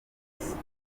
y’umunsi